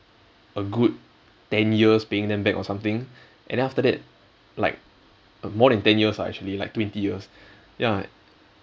a good ten years paying them back or something and then after that like more than ten years ah actually like twenty years ya